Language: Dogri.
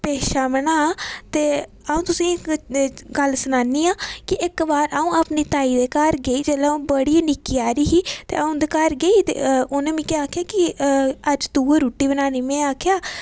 पेशा बनां ते अ'ऊं तुसेंगी इक्क गल्ल सनानी आं कि इक्क बार अ'ऊं अपनी ताई दे घर गेई जेल्लै अ'ऊं बड़ी निक्की हारी ही ते अ'ऊं उं'दे घर गेई ते उ'नें मिगी आखेआ की अज्ज तू गै रूट्टी बनानी में आक्खेआ